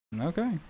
Okay